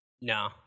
No